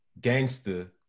gangster